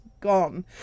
gone